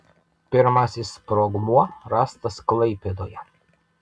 pirmasis sprogmuo rastas klaipėdoje